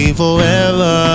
forever